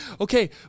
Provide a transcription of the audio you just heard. Okay